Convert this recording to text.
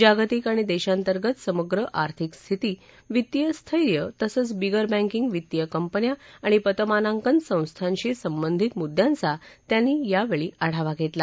जागतिक आणि देशांतर्गत समग्र आर्थिक स्थिती वित्तीय स्थैर्य तसंच बिगर बँकिंग वित्तीय कंपन्या आणि पतमानांकन संस्थांशी संबंधित मुद्यांचा त्यांनी यावेळी आढावा घेतला